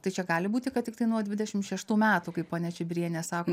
tai čia gali būti kad tiktai nuo dvidešimt šeštų metų kaip ponia čibirienė sako